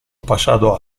pasado